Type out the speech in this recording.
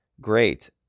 great